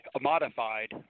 modified